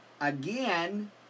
again